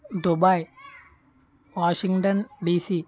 Dubai Washington DC